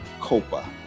Copa